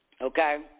Okay